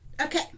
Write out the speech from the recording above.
Okay